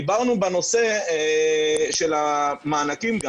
דיברנו בנושא של המענקים.